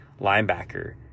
linebacker